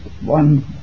one